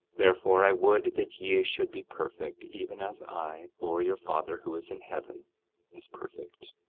therefore i would that ye should be perfect even as i, or your father who is in heaven is perfect.